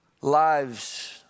lives